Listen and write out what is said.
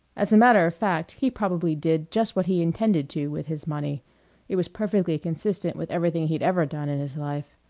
as a matter of fact he probably did just what he intended to with his money it was perfectly consistent with everything he'd ever done in his life